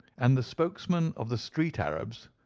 and the spokesman of the street arabs,